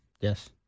Yes